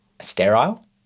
sterile